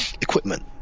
equipment